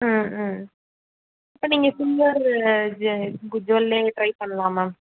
ம் ம் இப்போ நீங்கள் ஃபுல்லாக அது ஜ ஜ்வல்லே ட்ரைப் பண்ணலாம் மேம்